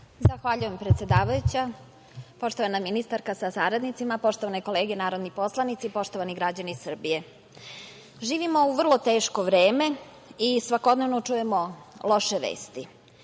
Zahvaljujem, predsedavajuća. Poštovana ministarka sa saradnicima, poštovane kolege narodni poslanici, poštovani građani Srbije, živimo u vrlo teško vreme i svakodnevno čujemo loše vesti.